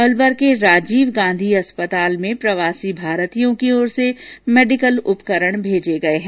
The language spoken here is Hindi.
अलवर के राजीवगांधी अस्पताल में प्रवासी भारतीयों की ओर से मेडिकल उपकरण भेजे गये हैं